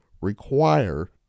require